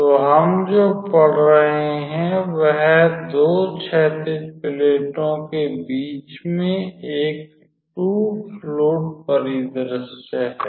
तो हम जो पढ़ रहे हैं वह दो क्षैतिज प्लेटों के बीच में एक 2 फ्लुइड परिदृश्य है